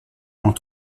moins